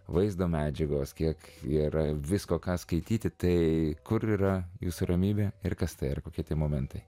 vaizdo medžiagos kiek yra visko ką skaityti tai kur yra jūsų ramybė ir kas tai ar kokie tie momentai